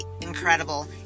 incredible